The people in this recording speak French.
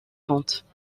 comptes